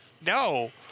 No